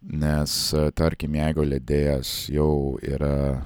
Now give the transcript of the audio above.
nes tarkim jeigu leidėjas jau yra